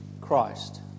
Christ